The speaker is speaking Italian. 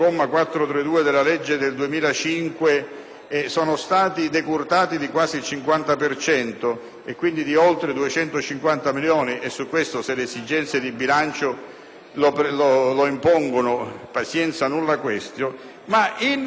sono stati decurtati di quasi il 50 per cento e quindi di oltre 250 milioni (su questo, se le esigenze di bilancio lo impongono, pazienza, *nulla quaestio*), in corrispondenza è stato incrementato